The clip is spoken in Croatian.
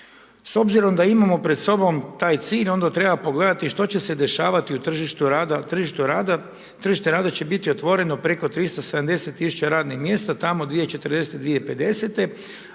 „S obzirom da imamo pred sobom taj cilj onda treba pogledati što će se dešavati u tržištu rada. Tržište rada će biti otvoreno preko 370 tisuća radnih mjesta tamo 2040., 2050.,